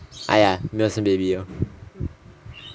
!aiya! 没有生 baby loh